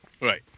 Right